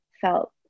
felt